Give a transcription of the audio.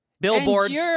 billboards